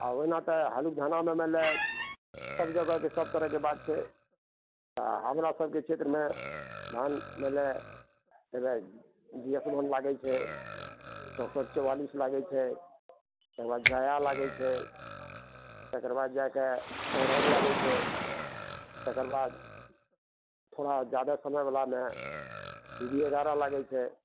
आ ओहिना तऽ हालक धानामे मने सब जगहके सब तरहके बात छै आ हमरा सबके क्षेत्रमे धान भेलै भेलै बीएसम लागै छै चौसठ चौआालिस लागै छै तकर बाद जाया लागै छै तकर बाद जाकऽ सौरव लागै छै तकर बाद थोड़ा जादा समय वालामे डिडी एगारह लागै छै